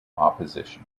opposition